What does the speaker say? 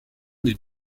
des